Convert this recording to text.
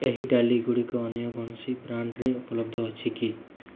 ଏହି ଡ଼ାଲିଗୁଡ଼ିକ ଅନ୍ୟ କୌଣସି ବ୍ରାଣ୍ଡ୍ରେ ଉପଲବ୍ଧ ଅଛି କି